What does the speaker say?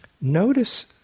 notice